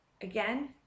again